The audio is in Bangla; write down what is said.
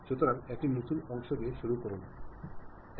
সুতরাং একটি নতুন অংশ দিয়ে শুরু করুন ঠিক আছে